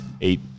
eight